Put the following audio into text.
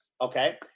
okay